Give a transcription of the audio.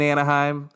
Anaheim